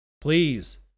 Please